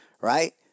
Right